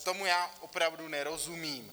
Tomu já opravdu nerozumím.